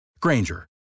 Granger